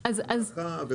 הדרכה,